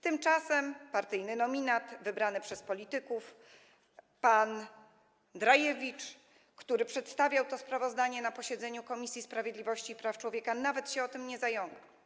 Tymczasem partyjny nominat, wybrany przez polityków, pan Drajewicz, który przedstawiał to sprawozdanie na posiedzeniu Komisji Sprawiedliwości i Praw Człowieka, nawet się o tym nie zająknął.